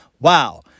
Wow